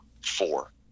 four